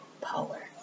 power